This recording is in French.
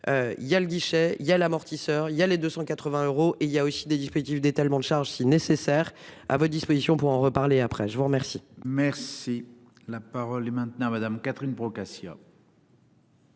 Il y a le guichet il y a l'amortisseur. Il y a les 280 euros et il y a aussi des dispositifs d'étalement charges si nécessaire à votre disposition pour en reparler après je vous remercie. Merci la parole est maintenant Madame. Catherine Procaccia.